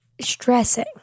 stressing